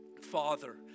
father